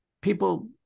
people